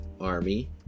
army